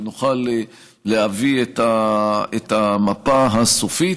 ונוכל להביא את המפה הסופית.